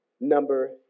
number